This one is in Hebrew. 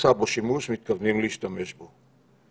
נעשה בו שימוש, מתכוונים להשתמש בו.